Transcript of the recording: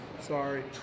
Sorry